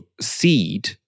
seed